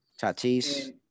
Tatis